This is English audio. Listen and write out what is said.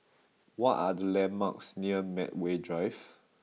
what are the landmarks near Medway Drive